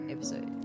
Episode